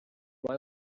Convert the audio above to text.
boy